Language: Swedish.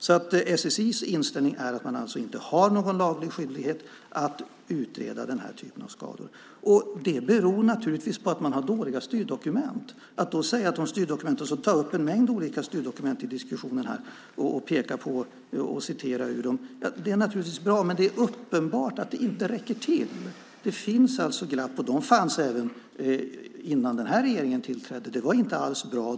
SSI:s inställning är alltså att man inte har någon laglig skyldighet att utreda den här typen av skador. Det beror naturligtvis på att man har dåliga styrdokument. Man tar upp en mängd olika styrdokument i diskussionen, pekar på och citerar ur dem, och det är naturligtvis bra, men det är uppenbart att de inte räcker till. Det finns alltså glapp, och det fanns redan innan den här regeringen tillträdde. Det var inte alls bra.